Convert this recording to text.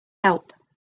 help